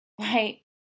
right